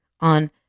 on